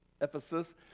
Ephesus